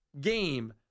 game